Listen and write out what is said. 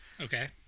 Okay